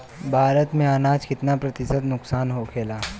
भारत में अनाज कितना प्रतिशत नुकसान होखेला?